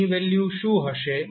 તેની વેલ્યુ શું હશે